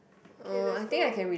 okay let's go